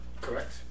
Correct